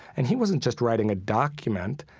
and he wasn't just writing a document,